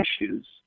issues